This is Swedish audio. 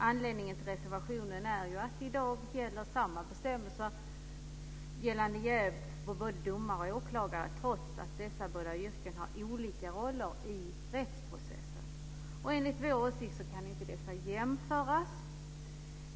Anledningen till reservationen är att i dag samma bestämmelser för jäv gäller för domare och åklagare, trots att dessa yrkeskategorier har olika roller i rättsprocessen. Enligt vår åsikt kan dessa inte jämställas.